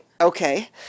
Okay